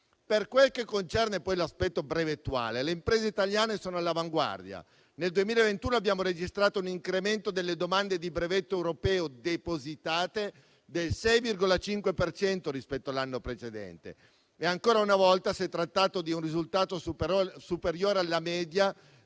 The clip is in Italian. Per quel che concerne poi l'aspetto brevettuale, le imprese italiane sono all'avanguardia: nel 2021 abbiamo registrato un incremento delle domande di brevetto europeo depositate del 6,5 per cento rispetto all'anno precedente, e ancora una volta si è trattato di un risultato superiore alla media